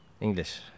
English